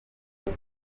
aha